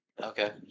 Okay